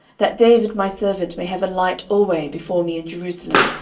that david my servant may have a light alway before me in jerusalem,